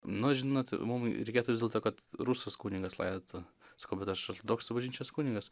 nu žinot mum reikėtų ir dėl to kad rusas kunigas laidotų sakau bet aš ortodoksų bažnyčios kunigas